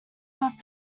cross